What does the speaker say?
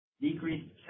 decreased